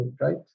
right